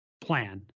plan